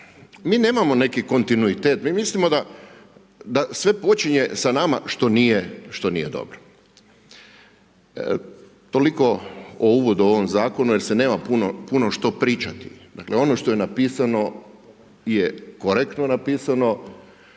mi nemamo neki kontinuitet, mi mislimo da sve počinje sa nama što nije dobro. Toliko o uvodu o ovom zakonu jer se nema što pričati. Dakle ono što je napisano je korektno napisano,